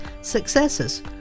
successes